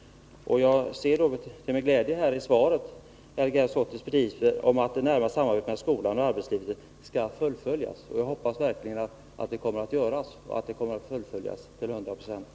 Jag ser med glädje beskedet i svaret att Lgr 80:s principer om ett närmare samarbete mellan skolan och arbetslivet skall fullföljas. Jag hoppas verkligen att de kommer att fullföljas till 100 96.